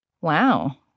Wow